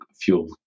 fuel